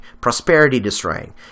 prosperity-destroying